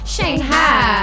Shanghai